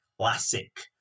classic